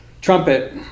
trumpet